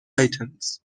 items